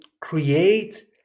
create